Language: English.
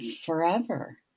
forever